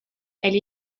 elle